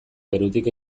perutik